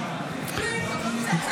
האוצר?